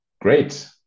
great